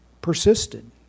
persisted